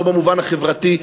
לא במובן החברתי,